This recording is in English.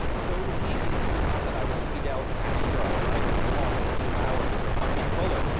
so it was easy. it's not that i was fidel castro and i could talk for two hours, or bucky fuller.